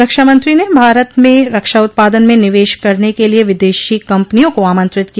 रक्षामंत्री ने भारत में रक्षा उत्पादन में निवेश करने के लिए विदेशी कंपनियों को आमंत्रित किया